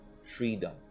freedom